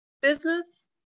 business